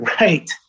Right